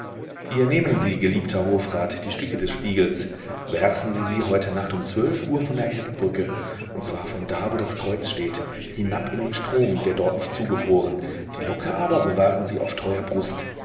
hier nehmen sie geliebter hofrat die stücke des spiegels werfen sie sie heute nacht um zwölf uhr von der elbbrücke und zwar von da wo das kreuz steht hinab in den strom der dort nicht zugefroren die locke aber bewahren sie auf treuer brust